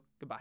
Goodbye